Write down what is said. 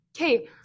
okay